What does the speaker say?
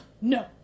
no